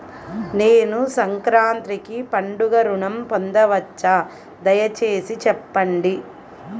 నేను సంక్రాంతికి పండుగ ఋణం పొందవచ్చా? దయచేసి చెప్పండి?